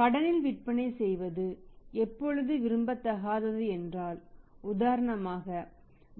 கடனில் விற்பனை செய்வது எப்பொழுது விரும்பத்தகாதது என்றால் உதாரணமாக